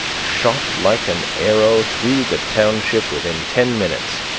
shot like an arrow through the township within ten minutes,